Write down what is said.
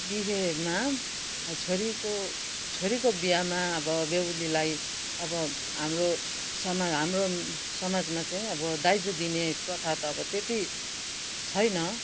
बिहेमा छोरीको छोरीको बिहामा अब बेहुलीलाई अब हाम्रो समा हाम्रो समाजमा चाहिँ अब दाइजो दिने प्रथा त अब त्यति छैन